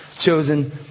chosen